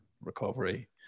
recovery